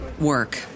work